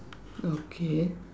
okay